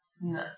No